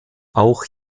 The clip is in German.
auch